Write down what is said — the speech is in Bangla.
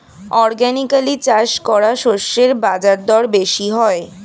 অর্গানিকালি চাষ করা শস্যের বাজারদর বেশি হয়